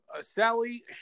Sally